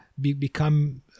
become